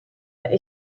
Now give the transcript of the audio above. wij